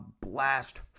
Blast